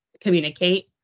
communicate